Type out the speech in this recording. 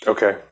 Okay